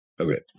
Okay